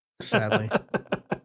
sadly